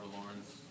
Lawrence